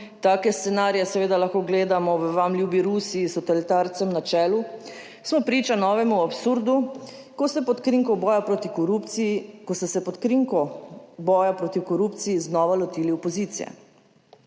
take scenarije seveda lahko gledamo v vam ljubi Rusiji. Totalitarcem na čelu smo priča novemu absurdu, ko ste pod krinko boja proti korupciji, ko ste se pod